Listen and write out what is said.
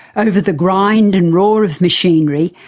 over the grind and roar of machinery,